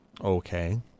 Okay